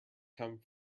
come